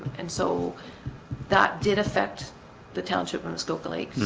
and so that did affect the township muskoka lakes